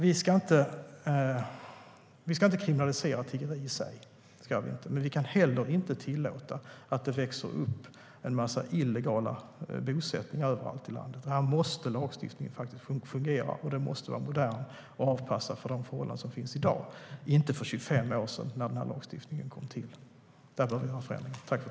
Vi ska inte kriminalisera tiggeri i Sverige, men vi kan inte tillåta att det växer upp en massa illegala bosättningar i landet. Här måste lagstiftningen fungera. Den måste vara modern och avpassad för de förhållanden som finns i dag, inte dem som fanns för 25 år sedan när lagstiftningen kom till. Där bör vi göra förändringar.